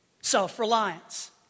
self-reliance